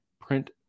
print